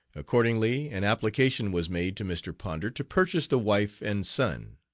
accordingly an application was made to mr. ponder to purchase the wife and son.